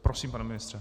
Prosím, pane ministře.